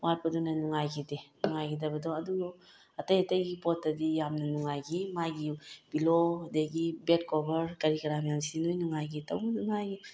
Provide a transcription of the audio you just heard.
ꯋꯥꯠꯄꯗꯨꯅ ꯅꯨꯡꯉꯥꯏꯈꯤꯗꯦ ꯅꯨꯡꯉꯥꯏꯈꯤꯗꯕꯗꯣ ꯑꯗꯣ ꯑꯇꯩ ꯑꯇꯩꯒꯤ ꯄꯣꯠꯇꯗꯤ ꯌꯥꯝꯅ ꯅꯨꯡꯉꯥꯏꯈꯤ ꯃꯥꯒꯤ ꯄꯤꯜꯂꯣ ꯑꯗꯒꯤ ꯕꯦꯠ ꯀꯣꯕꯔ ꯀꯔꯤ ꯀꯔꯥ ꯃꯌꯥꯝꯁꯤ ꯂꯣꯏ ꯅꯨꯡꯉꯥꯏꯈꯤ ꯇꯧꯕꯨꯗꯤ ꯃꯥꯒꯤ